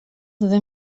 they